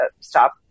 stop